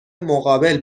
مقابل